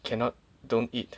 cannot don't eat